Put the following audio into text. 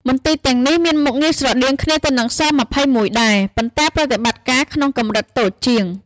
មន្ទីរទាំងនេះមានមុខងារស្រដៀងគ្នាទៅនឹង ស-២១ ដែរ ប៉ុន្តែប្រតិបត្តិការក្នុងកម្រិតតូចជាង។